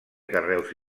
carreus